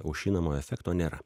aušinamojo efekto nėra